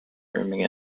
grooming